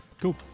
Cool